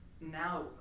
now